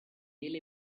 really